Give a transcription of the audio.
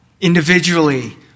individually